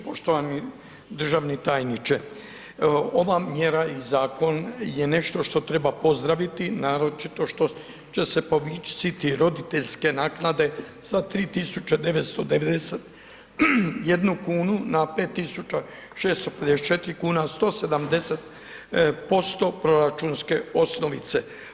Poštovani državni tajniče, ova mjera i zakon je nešto što treba pozdraviti naročito što će se povisiti roditeljske naknade sa 3991 kn na 5654 kn, 170% proračunske osnovice.